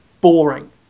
boring